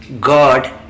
God